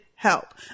help